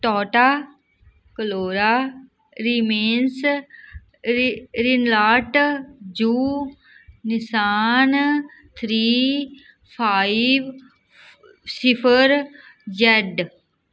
ਟੋਟਾ Corolla ਰਿਮੇਨਸ ਰਿ Renault ਜੂ ਨਿਸ਼ਾਨ ਥ੍ਰੀ ਫਾਈਵ ਫ ਸਿਫਰ ਜੈਡ